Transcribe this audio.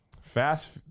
Fast